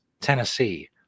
Tennessee